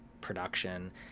production